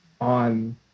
on